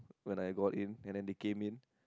when I go in and then they came in